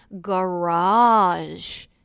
garage